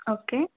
okay